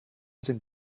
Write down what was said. sind